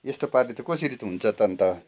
यस्तो पाराले त कसरी त हुन्छ त अन्त